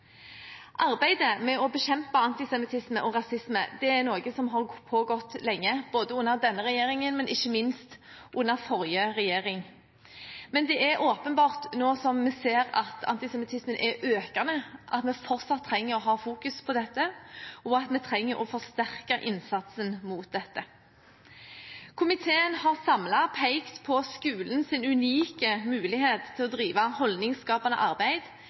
Arbeidet med å bekjempe antisemittisme og rasisme er noe som har pågått lenge, både under denne regjeringen og under forrige regjering. Men det er åpenbart, nå som vi ser at antisemittismen er økende, at vi fortsatt trenger å ha fokus på dette, og at vi trenger å forsterke innsatsen mot dette. Komiteen har samlet pekt på skolens unike mulighet til å drive holdningsskapende arbeid,